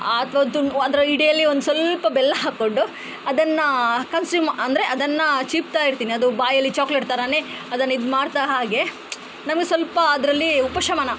ಅಥವಾ ಒಂದು ತುಂಡು ಅದರ ಇಡೆಯಲ್ಲಿ ಒಂದು ಸ್ವಲ್ಪ ಬೆಲ್ಲ ಹಾಕಿಕೊಂಡು ಅದನ್ನು ಕನ್ಸ್ಯೂಮ್ ಅಂದರೆ ಅದನ್ನು ಚೀಪ್ತಾ ಇರ್ತೀನಿ ಅದು ಬಾಯಲ್ಲಿ ಚಾಕ್ಲೇಟ್ ಥರನೇ ಅದನ್ನು ಇದು ಮಾಡ್ತಾ ಹಾಗೆ ನಮಗೆ ಸ್ವಲ್ಪ ಅದರಲ್ಲಿ ಉಪಶಮನ